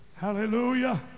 Hallelujah